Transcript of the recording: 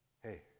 hey